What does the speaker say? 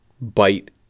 bite